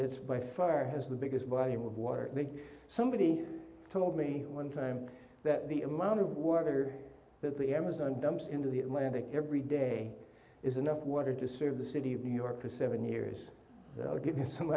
it's by far has the biggest body with water big somebody told me one time that the amount of water that the amazon dumps into the atlantic every day is enough water to serve the city of new york for seven years to give you some